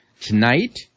Tonight